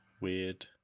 Weird